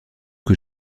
que